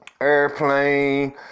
airplane